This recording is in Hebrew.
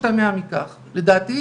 עשינו את חלה עם משמעות וקנינו חלות וחילקנו